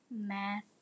Math